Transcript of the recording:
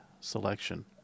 selection